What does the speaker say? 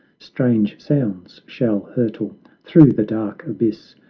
strange sounds shall hurtle through the dark abyss,